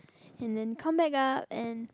and then come back up and